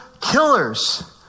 killers